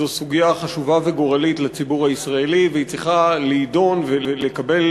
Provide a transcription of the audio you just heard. שזו סוגיה חשובה וגורלית לציבור הישראלי והיא צריכה להידון ולקבל